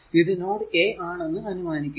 ഇത് node a ആണെന്ന് അനുമാനിക്കുക